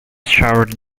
showered